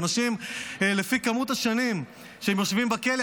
של אנשים שיושבים כאן,